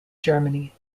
germany